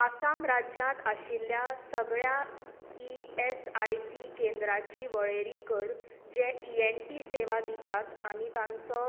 आसाम राज्यांत आशिल्ल्या सगळ्या ई एस आय सी केंद्रांची वळेरी कर जे ई एन टी सेवा दितात आनी तांचो